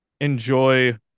enjoy